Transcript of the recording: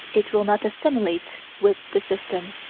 it will not assimilate with the system.